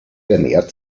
ernährt